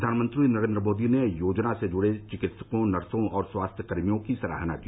प्रधानमंत्री नरेन्द्र मोदी ने योजना से जुड़े चिकित्सकों नर्सों और स्वास्थ्य कर्मियों की सराहना की